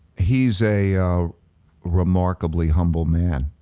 he's a remarkably humble man.